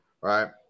right